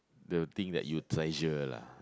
the thing that you treasure lah